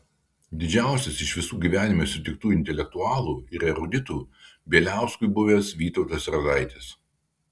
didžiausias iš visų gyvenime sutiktų intelektualų ir eruditų bieliauskui buvęs vytautas radaitis